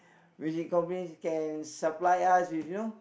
which company can supply us with you know